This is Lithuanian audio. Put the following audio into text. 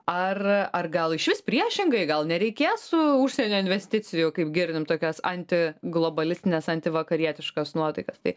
ar ar gal išvis priešingai gal nereikės su užsienio investicijų kaip girdim tokias anti globalistines antivakarietiškas nuotaikas tai